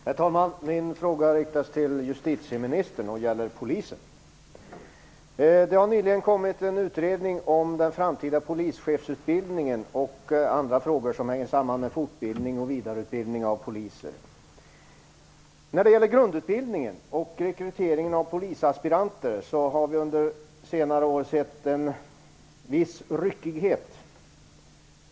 Herr talman! Min fråga riktas till justitieministern och gäller polisen. Det har nyligen kommit en utredning om den framtida polischefsutbildningen och andra frågor som rör fortbildning och vidareutbildning av poliser. När det gäller grundutbildningen och rekryteringen av polisaspiranter har vi under senare år sett en viss ryckighet.